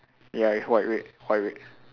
ya it's white red white red